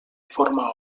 forma